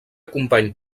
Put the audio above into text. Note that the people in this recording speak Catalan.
company